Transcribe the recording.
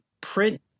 print